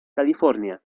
california